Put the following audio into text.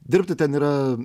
dirbti ten yra